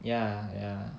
ya ya